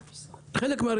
מבקשים מהם להיות חלק מהחברה,